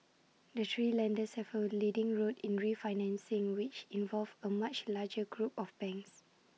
the three lenders have A leading role in refinancing which involve A much larger group of banks